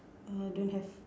uh don't have